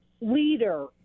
leader